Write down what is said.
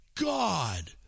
God